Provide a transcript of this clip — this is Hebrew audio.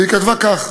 והיא כתבה כך: